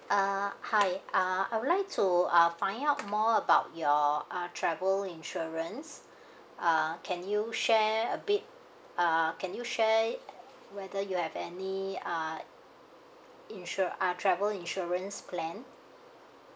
uh hi uh I'd like to uh find out more about your uh travel insurance uh can you share a bit uh can you share whether you have any uh insur~ uh travel insurance plan